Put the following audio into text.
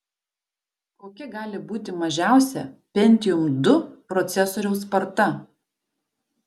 kokia gali būti mažiausia pentium ii procesoriaus sparta